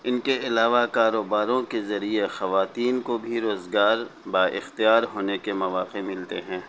ان کے علاوہ کاروباروں کے ذریعے خواتین کو بھی روزگار با اختیار ہونے کے مواقع ملتے ہیں